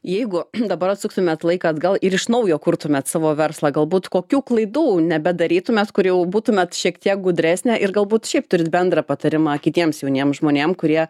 jeigu dabar atsuktumėt laiką atgal ir iš naujo kurtumėt savo verslą galbūt kokių klaidų nebedarytumėt kur jau būtumėt šiek tiek gudresnė ir galbūt šiaip turit bendrą patarimą kitiems jauniems žmonėm kurie